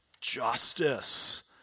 Justice